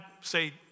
say